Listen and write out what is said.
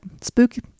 spooky